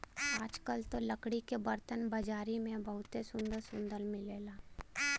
आजकल त लकड़ी के बरतन बाजारी में बहुते सुंदर सुंदर मिलेला